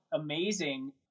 amazing